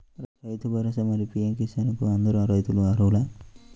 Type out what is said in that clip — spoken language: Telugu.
రైతు భరోసా, మరియు పీ.ఎం కిసాన్ కు అందరు రైతులు అర్హులా?